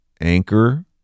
anchor